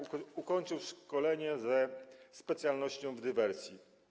Ukończył szkolenie ze specjalnością w dywersji.